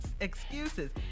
excuses